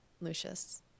Lucius